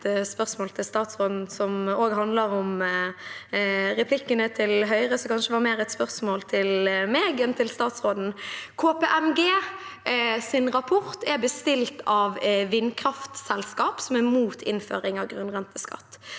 spørs- mål til statsråden som også handler om replikkene til Høyre, som kanskje var mer et spørsmål til meg enn til statsråden. KPMGs rapport er bestilt av vindkraftselskap som er imot innføring av grunnrenteskatt.